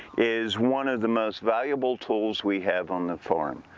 is one of the most valuable tools we have on the farm.